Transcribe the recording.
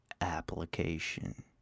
application